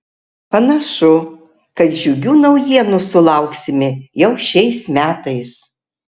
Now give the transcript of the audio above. panašu kad džiugių naujienų sulauksime jau šiais metais